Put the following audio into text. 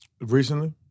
Recently